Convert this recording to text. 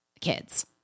kids